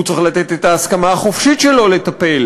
הוא צריך לתת את ההסכמה החופשית שלו לטפל